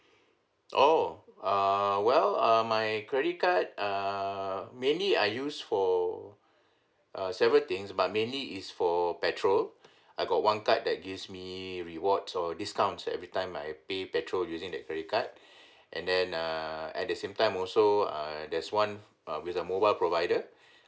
oh err well uh my credit card err mainly I use for uh several things but mainly is for petrol I got one card that gives me rewards or discounts every time I pay petrol using that credit card and then err at the same time also ah there's one uh with the mobile provider